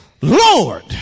Lord